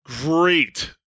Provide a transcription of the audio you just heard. Great